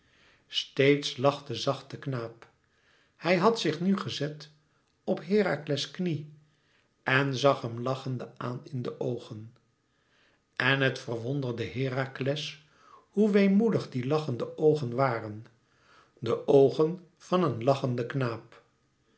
steeds lachte zacht de knaap hij had zich nu gezet op herakles knie en zag hem lachende aan in de oogen en het verwonderde herakles hoe weemoedig die lachende oogen waren de oogen van een lachenden knaap